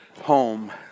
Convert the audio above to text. home